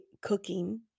cooking